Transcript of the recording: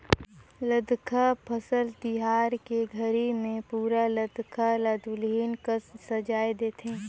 लद्दाख फसल तिहार के घरी मे पुरा लद्दाख ल दुलहिन कस सजाए देथे